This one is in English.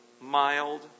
mild